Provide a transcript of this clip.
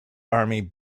army